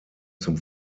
zum